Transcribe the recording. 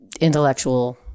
intellectual